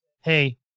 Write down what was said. Hey